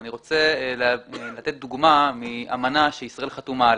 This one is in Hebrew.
ואני רוצה לתת דוגמה מאמנה שישראל חתומה עליה,